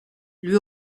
lui